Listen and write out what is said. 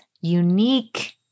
unique